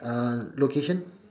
uh location